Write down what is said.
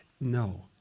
no